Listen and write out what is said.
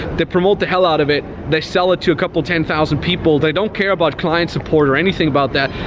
they promote the hell out of it. they sell it to a couple of ten thousand people. they don't care about client support or anything about that,